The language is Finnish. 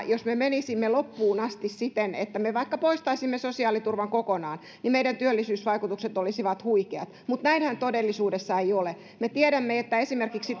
jos me tällä logiikalla menisimme loppuun asti siten että me vaikka poistaisimme sosiaaliturvan kokonaan työllisyysvaikutukset olisivat huikeat mutta näinhän todellisuudessa ei ole me tiedämme että esimerkiksi